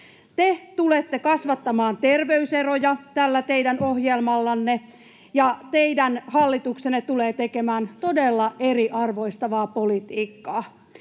Te tulette kasvattamaan terveyseroja tällä teidän ohjelmallanne, ja teidän hallituksenne tulee tekemään todella eriarvoistavaa politiikkaa.